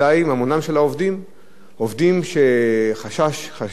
עובדים שיש חשש גדול שהם לא יקבלו את המשכורת.